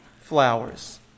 flowers